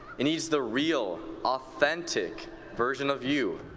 it needs the real, authentic version of you.